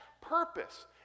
purpose